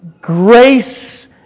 grace